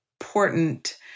important